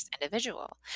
individual